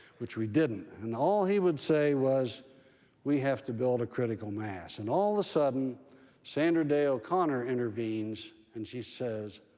which we didn't. and all he would say was we have to build a critical mass. and all of a sudden sandra day o'connor intervenes and she says,